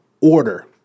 order